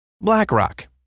BlackRock